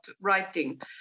writing